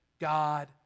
God